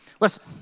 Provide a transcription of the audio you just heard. Listen